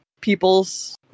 peoples